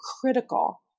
critical